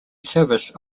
service